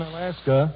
Alaska